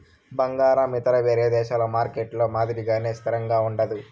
బంగారం ఇతర వేరే దేశాల మార్కెట్లలో మాదిరిగానే స్థిరంగా ఉండదు